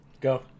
go